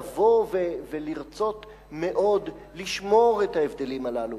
לבוא ולרצות מאוד לשמור את ההבדלים הללו.